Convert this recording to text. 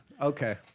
Okay